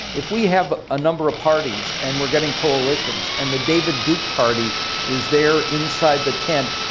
if we have a number of parties and we're getting coalitions and the david duke party is there inside the tent